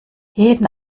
jeden